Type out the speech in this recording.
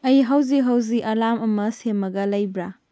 ꯑꯩ ꯍꯧꯖꯤꯛ ꯍꯧꯖꯤꯛ ꯑꯦꯂꯥꯝ ꯑꯃ ꯁꯦꯝꯃꯒ ꯂꯩꯕ꯭ꯔꯥ